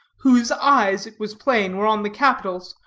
whose eyes, it was plain, were on the capitals,